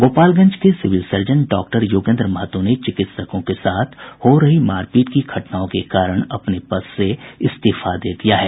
गोपालगंज के civil surgeon doctor Yogendra Mahato ने चिकित्सकों के साथ हो रही मारपीट की घटनाओं के कारण अपने पद से इस्तीफा दे दिया है